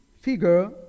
figure